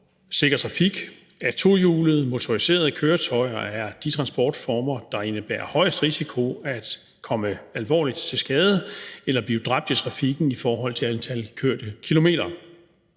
Sikker Trafik, at tohjulede motoriserede køretøjer er de transportformer, der indebærer højest risiko for at komme alvorligt til skade eller blive dræbt i trafikken i forhold til antal kørte kilometer.